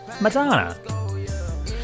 Madonna